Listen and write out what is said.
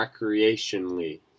recreationally